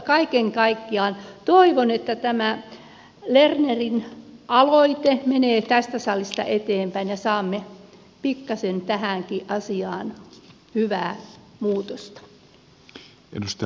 kaiken kaikkiaan toivon että tämä lernerin aloite menee tästä salista eteenpäin ja saamme pikkaisen tähänkin asiaan hyvää muutosta